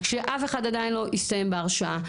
שאף אחד עדיין לא הסתיים בהרשעה.